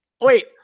Wait